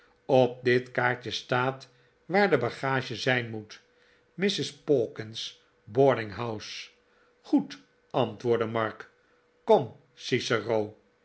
op dit kaartje staat waar de bagage zijn moet mrs pawkins boarding house goed antwoordde mark kom